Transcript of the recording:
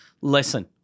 listen